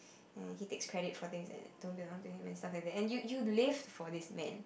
and he takes credits for things that don't belong to him and stuff like that and you you live for this man